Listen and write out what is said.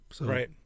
right